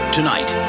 Tonight